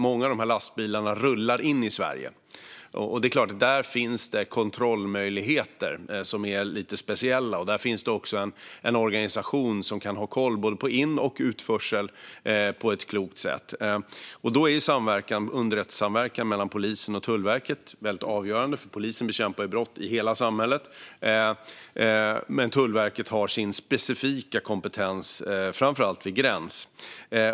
Många lastbilar rullar in i Sverige, och då finns speciella kontrollmöjligheter och en organisation som kan ha koll på både in och utförsel på ett klokt sätt. Underrättelsesamverkan mellan polis och tullverk är här avgörande, för polisen bekämpar ju brott i hela samhället medan Tullverket har sin specifika kompetens, framför allt vid gräns.